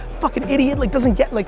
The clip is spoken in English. fucking idiot like doesn't get. like